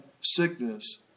sickness